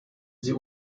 sie